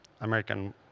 American